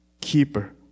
keeper